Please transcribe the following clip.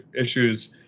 issues